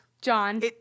John